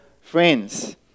friends